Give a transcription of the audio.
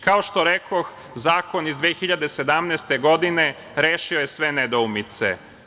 Kao što rekoh, zakon iz 2017. godine rešio je sve nedoumice.